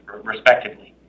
respectively